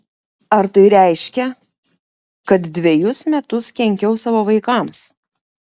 ar tai reiškia kad dvejus metus kenkiau savo vaikams